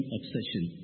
obsession